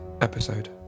episode